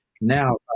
now